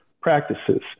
practices